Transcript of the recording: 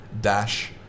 dash